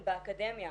הן באקדמיה.